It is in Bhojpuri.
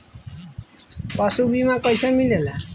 पशु बीमा कैसे मिलेला?